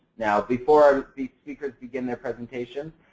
now, before the speakers begin their presentations,